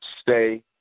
stay